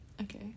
okay